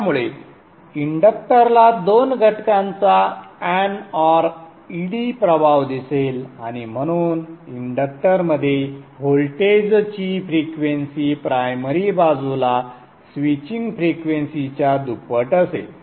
त्यामुळे इंडक्टरला दोन घटकांचा an or ed प्रभाव दिसेल आणि म्हणून इंडक्टरमध्ये व्होल्टेजची फ्रिक्वेंसी प्रायमरी बाजूला स्विचिंग फ्रिक्वेंसी च्या दुप्पट असेल